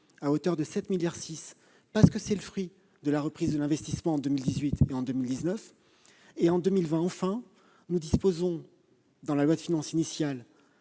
à hauteur de 7,6 milliards d'euros, ce qui est le fruit de la reprise de l'investissement en 2018 et 2019. Enfin, en 2020, nous disposons dans la loi de finances initiale